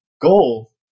goal